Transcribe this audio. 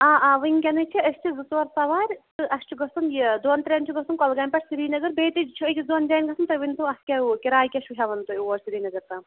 آ آ وٕنۍکٮ۪نَس چھِ أسۍ چھِ زٕ ژور سَوارِ تہٕ اَسہِ چھُ گَژھُن یہِ دۄن ترٛٮ۪ن چھُ گَژھُن کۄلگامہِ پٮ۪ٹھ سِریٖنگر بیٚیہِ تہِ چھُ أکِس دۄن جایَن گَژھُن تُہۍ ؤنۍتو اَسہِ کیٛاہ ہُہ کِراے کیٛاہ چھُو ہٮ۪وان تُہۍ اور سِریٖنگر تام